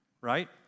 right